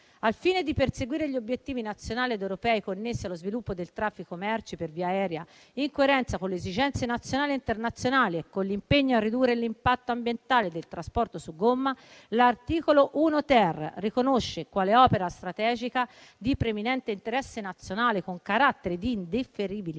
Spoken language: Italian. Al fine di perseguire gli obiettivi nazionali ed europei connessi allo sviluppo del traffico merci per via aerea e in coerenza con le esigenze nazionali e internazionali e con l'impegno a ridurre l'impatto ambientale del trasporto su gomma, l'articolo 1-*ter* riconosce quale opera strategica di preminente interesse nazionale con carattere di indifferibilità,